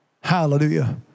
Hallelujah